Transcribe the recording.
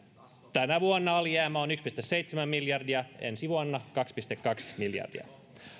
tänä vuonna alijäämä on yksi pilkku seitsemän miljardia ensi vuonna kaksi pilkku kaksi miljardia